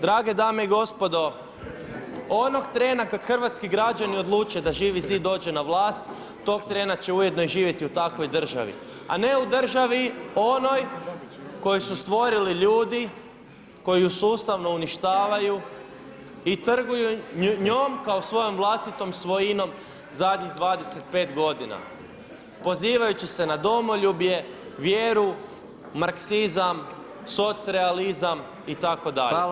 Drage dame i gospodo, onog trena kada hrvatski građani odluče da Živi zid dođe na vlast, tog trena će ujedno i živjeti u takvoj državi, a ne u državi onoj u kojoj su stvorili ljudi koji ju sustavno uništavaju i trguju njom kao svojom vlastitom svojinom zadnjih 25 godina pozivajući se na domoljublje, vjeru, marxizam, socrealizam itd.